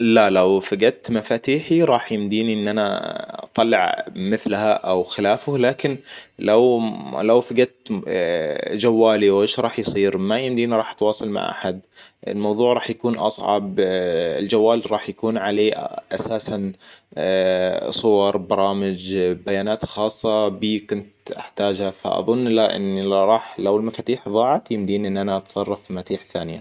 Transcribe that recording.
لا لو فقدت مفاتيحي راح يمديني إن أنا أطلع مثلها او خلافه لكن لو لو فقدت جوالي وايش راح يصير؟ ما يمديني راح أتواصل مع أحد. الموضوع راح يكون أصعب الجوال راح يكون عليه اساساً صوربرامج بيانات خاصة بي كنت أحتاجها فأظن لأني لا راح لو المفاتيح ضاعت يمديني إن أنا أتصرف في مفاتيح ثانية